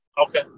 Okay